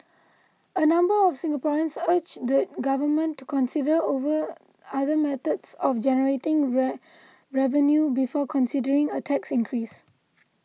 a number of Singaporeans urged the government to consider over other methods of generating revenue before considering a tax increase